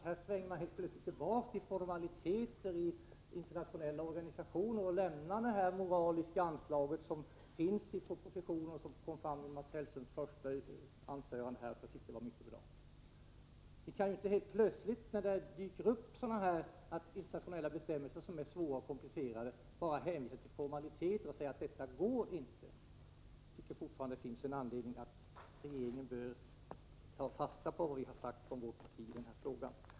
Här svänger han plötsligt tillbaka till formaliteter i internationella organisationer och lämnar det moraliska anslag som finns i propositionen och som kommit fram i Mats Hellströms första anförande, som jag tyckte var mycket bra. Vi kan inte helt plötsligt när det dyker upp internationella bestämmelser som är svåra och komplicerade bara hänvisa till formaliteter och säga: Det går inte. Jag tycker fortfarande att det finns anledning att regeringen tar fasta på vad vårt parti har sagt i den här frågan.